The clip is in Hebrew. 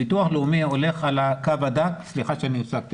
ביטוח לאומי הולך על הקו הדק סליחה שהפסקתי